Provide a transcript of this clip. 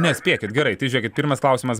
ne spėkit gerai tai žiūrėkit pirmas klausimas